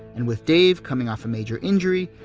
and with dave coming off a major injury,